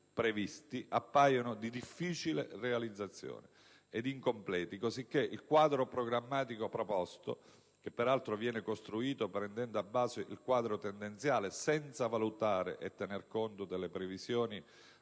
previsti appaiono di difficile realizzazione ed incompleti, cosicché il quadro programmatico proposto, che peraltro viene costruito prendendo a base il quadro tendenziale senza valutare e tener conto delle previsioni